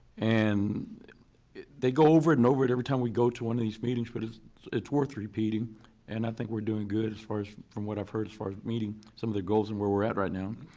and they go over it and over it every time we go to one of these meetings but it's it's worth repeating and i think we're doing good as far as from what i've heard as far as meeting some of the goals and where we're at right now.